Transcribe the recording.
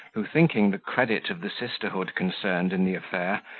who, thinking the credit of the sisterhood concerned in the affair,